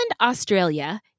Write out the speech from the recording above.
Australia